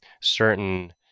certain